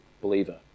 believer